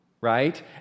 right